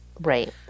Right